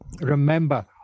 Remember